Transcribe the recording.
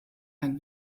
ein